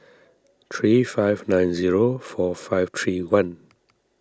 three five nine zero four five three one